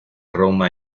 roma